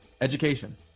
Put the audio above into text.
Education